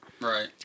Right